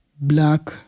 black